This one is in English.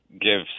give